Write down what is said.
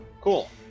Cool